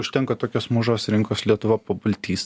užtenka tokios mažos rinkos lietuva pabaltys